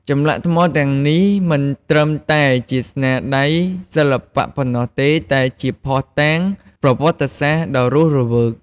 ចម្លាក់ថ្មទាំងនេះមិនត្រឹមតែជាស្នាដៃសិល្បៈប៉ុណ្ណោះទេ តែជាភស្តុតាងប្រវត្តិសាស្ត្រដ៏រស់រវើក។